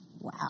Wow